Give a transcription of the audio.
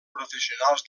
professionals